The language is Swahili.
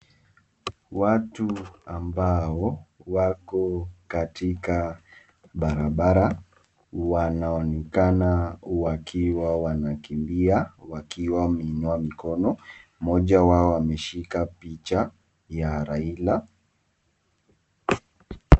Watu ambao wako katika barabara wanaonekana wakiwa wanakimbia wakiwa wameinua mikono mmoja wao ameshika picha ya raila.